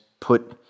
put